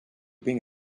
being